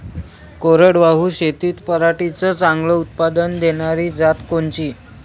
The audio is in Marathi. कोरडवाहू शेतीत पराटीचं चांगलं उत्पादन देनारी जात कोनची?